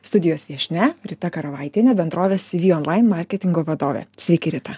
studijos viešnia rita karavaitienė bendrovės cv online marketingo vadovė sveiki rita